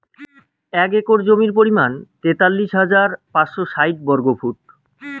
এক একর জমির পরিমাণ তেতাল্লিশ হাজার পাঁচশ ষাইট বর্গফুট